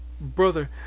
brother